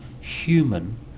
human